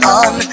on